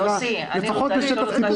לפחות בשטח ציבורי.